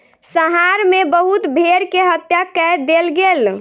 संहार मे बहुत भेड़ के हत्या कय देल गेल